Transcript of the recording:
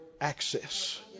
access